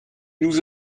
nous